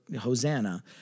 Hosanna